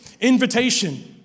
invitation